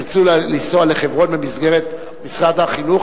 ירצו לנסוע לחברון במסגרת משרד החינוך,